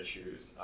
issues